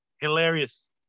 hilarious